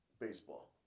baseball